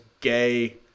Gay